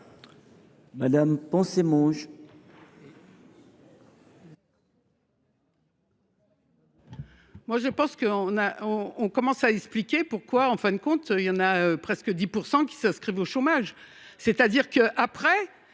Madame Poncet Monge,